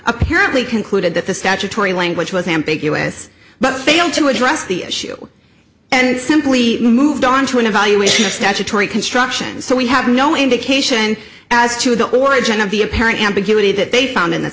apparently concluded that the statutory language was ambiguous but failed to address the issue and simply moved on to an evaluation of statutory construction so we have no indication as to the origin of the apparent ambiguity that they found in the